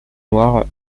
noir